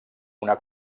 una